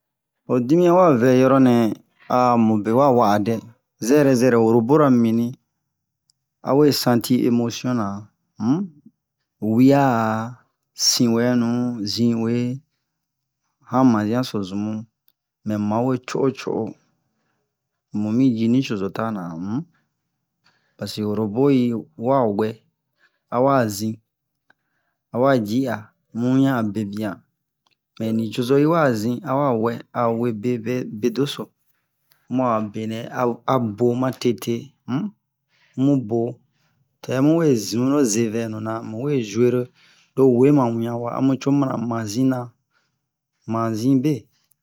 ho dimiyan wa vɛ yoronɛ mube wa wa'a dɛ zɛrɛ zɛrɛ robora mimini awe senti emotion na um wia sinwɛnu zi'uwe han mazianso zumu mɛmu mawe co'o co'o mumi ji nucozo tana um paseke robo yiwa wɛ awa zin awa ji'a mu wian a bebian mɛ nucozo yiwa zin awa wɛ awe bedeso mua benɛ abo ma tete um mubo tɛmu we zin lo zevɛnuna muwe jouer lo wema wian wa amu co mana mazina mazin be